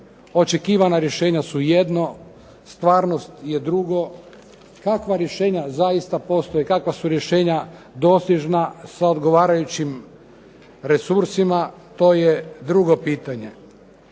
Očekivana rješenja su jedno, stvarnost je drugo. Kakva rješenja zaista postoje, kakva su rješenja dostižna sa odgovarajućim resursima to je drugo pitanje.